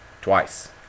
Twice